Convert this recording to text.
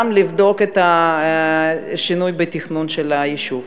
גם לבדוק את השינוי בתכנון של היישוב?